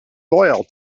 loyal